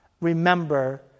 remember